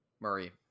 Murray